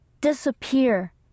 disappear